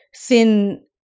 thin